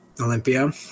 Olympia